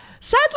Sadly